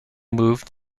moved